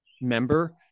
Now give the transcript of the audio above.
member